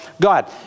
God